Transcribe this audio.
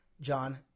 John